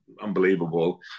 unbelievable